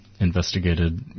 investigated